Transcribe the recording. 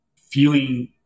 feeling